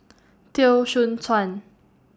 Teo Soon Chuan